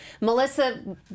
Melissa